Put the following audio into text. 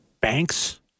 banks